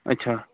اچھا